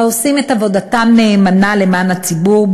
העושים את עבודתם נאמנה למען הציבור,